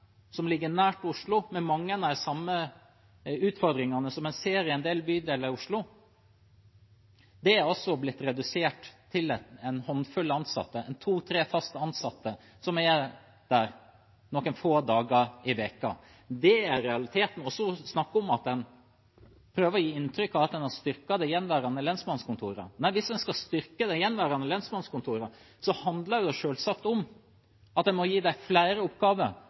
som ligger nært Oslo og med mange av de samme utfordringene som man ser i en del bydeler i Oslo. Det er også blitt redusert til en håndfull ansatte, to–tre fast ansatte som er der noen få dager i uka. Det er realiteten. Og så prøver man å gi inntrykk av at man har styrket de gjenværende lensmannskontorene. Nei, hvis man skal styrke de gjenværende lensmannskontorene, handler det selvsagt om at man må gi dem flere oppgaver,